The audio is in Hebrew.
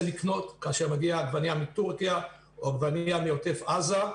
לקנות כאשר מגיעה עגבנייה מטורקיה או עגבנייה מעוטף עזה.